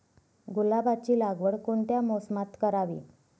गुलाबाची लागवड कोणत्या मोसमात करावी?